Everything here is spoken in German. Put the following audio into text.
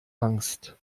angst